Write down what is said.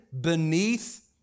beneath